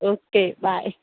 okay bye